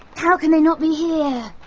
how can they not be here?